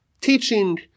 teaching